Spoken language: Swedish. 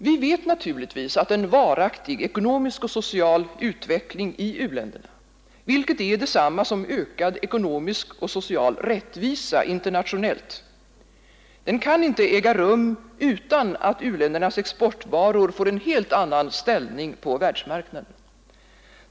Vi vet naturligtvis att en varaktig ekonomisk och social utveckling i u-länderna, vilket är detsamma som ökad ekonomisk och social rättvisa internationellt, inte kan äga rum utan att u-ländernas exportvaror får en helt annan ställning på världsmarknaden.